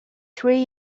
three